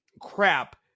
crap